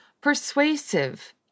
persuasive